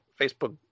Facebook